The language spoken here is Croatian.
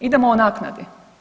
Idemo o naknadi.